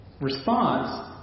response